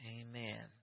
Amen